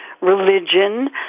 Religion